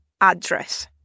address